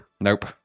Nope